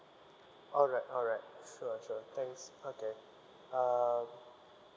alright alright sure sure thanks okay uh